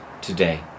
today